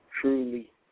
truly